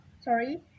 sorry